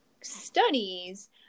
studies